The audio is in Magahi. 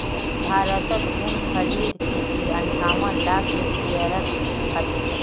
भारतत मूंगफलीर खेती अंठावन लाख हेक्टेयरत ह छेक